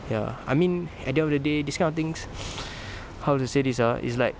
ya I mean at end of the day this kind of things how to say this ah is like